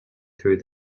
through